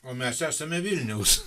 o mes esame vilniaus